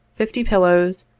fifty pillows,